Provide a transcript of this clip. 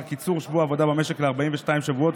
קיצור שבוע העבודה במשק ל-42 שבועות,